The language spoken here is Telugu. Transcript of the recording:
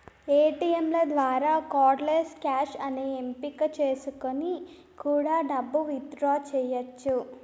ఏటీయంల ద్వారా కార్డ్ లెస్ క్యాష్ అనే ఎంపిక చేసుకొని కూడా డబ్బు విత్ డ్రా చెయ్యచ్చు